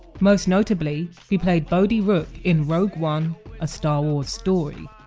most notably, he played bodhi rook in rogue one a star wars story.